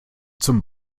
zum